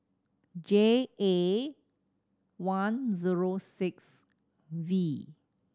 J A one zero six V